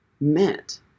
meant